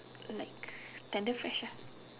like tender fresh ah